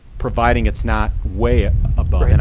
providing it's not way above. and